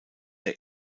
der